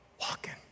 walking